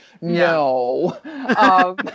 No